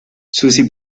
susie